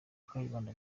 kayibanda